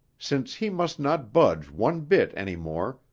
since he must not budge one bit any more,